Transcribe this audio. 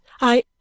I